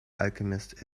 alchemist